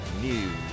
News